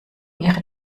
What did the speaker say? ihre